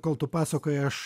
kol tu pasakojai aš